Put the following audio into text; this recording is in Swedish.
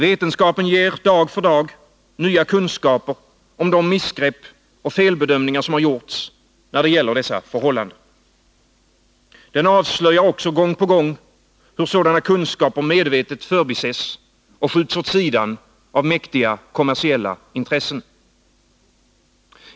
Vetenskapen ger dag för dag nya kunskaper om de missgrepp och felbedömningar som har gjorts när det gäller dessa förhållanden. Man avslöjar också gång på gång hur sådana kunskaper medvetet förbises och skjuts åt sidan av mäktiga kommersiella intressen.